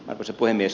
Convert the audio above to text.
arvoisa puhemies